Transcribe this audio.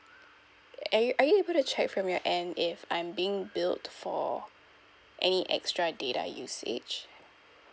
are you are you able to check from your end if I'm being built for any extra data usage